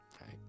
Right